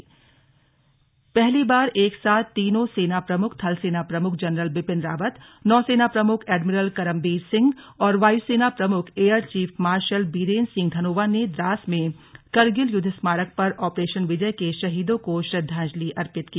slug सेना प्रमुखों की श्रद्धांजलि पहली बार एकसाथ तीनों सेना प्रमुख थलसेना प्रमुख जनरल बिपिन रावत नौसेना प्रमुख एडमिरल करमबीर सिंह और वायुसेना प्रमुख air chief marshal Birendra Singh Dhanoa ने द्रास में करगिल युद्ध स्मारक पर ऑपरेशन विजय के शहीदों को श्रद्वांजलि अर्पित की